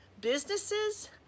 businesses